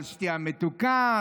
על שתייה מתוקה,